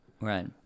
Right